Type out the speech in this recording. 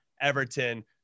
Everton